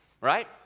right